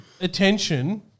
attention